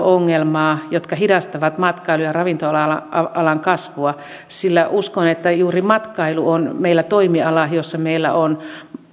ongelmaa joka hidastaa matkailu ja ravintola alan kasvua sillä uskon että juuri matkailu on meillä toimiala jossa meillä on